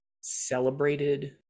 celebrated